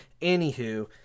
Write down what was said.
Anywho